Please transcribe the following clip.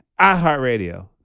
iHeartRadio